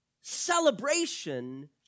Celebration